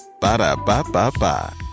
Ba-da-ba-ba-ba